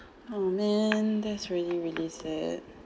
oh man that's really really sad